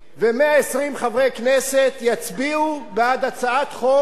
כנסת יצביעו בעד הצעת חוק כל כך הגיונית,